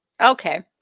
Okay